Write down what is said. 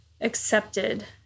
Accepted